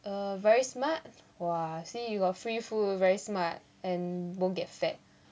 err very smart !wah! see you got free food very smart and won't get fat